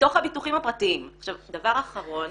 דבר אחרון,